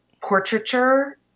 portraiture